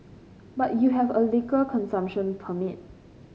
but you have a liquor consumption permit